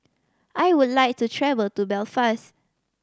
I would like to travel to Belfast